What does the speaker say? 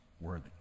worthy